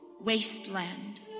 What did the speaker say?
wasteland